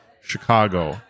Chicago